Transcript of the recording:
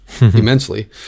immensely